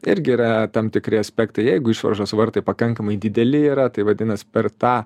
irgi yra tam tikri aspektai jeigu išvaržos vartai pakankamai dideli yra tai vadinas per tą